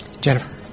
Jennifer